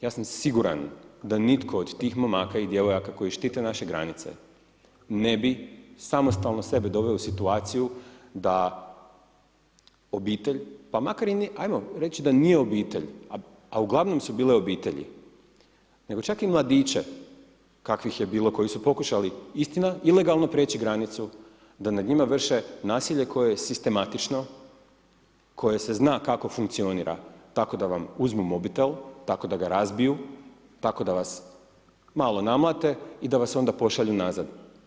Ja sam siguran da nitko od tih momaka i djevojaka koji štite naše granice, ne bi samostalno sebe doveo u situaciju da obitelj, pa makar i nije, ajmo reći da nije obitelj, a uglavnom su bile obitelji, nego čak i mladiće kakvih je bilo, koji su pokušali, istina, ilegalno preći granicu, da nad njima vrše nasilje koje je sistematično, koje se zna kako funkcionira, tako da vam uzmu mobitel, tako da ga razbiju, tako da vas malo namlate i da vas onda pošalju nazad.